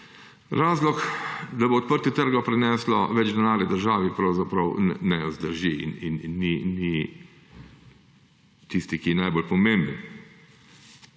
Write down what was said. Razlog, da bo odprtje trga prineslo več denarja državi, pravzaprav ne vzdrži in ni tisti, ki je najbolj pomemben.